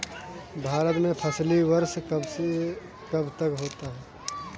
भारत में फसली वर्ष कब से कब तक होता है?